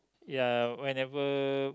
ya whenever